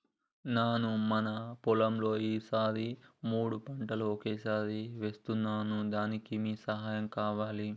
నాను మన పొలంలో ఈ సారి మూడు పంటలు ఒకేసారి వేస్తున్నాను దానికి మీ సహాయం కావాలి